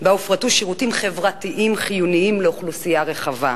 שבה הופרטו שירותים חברתיים חיוניים לאוכלוסייה רחבה.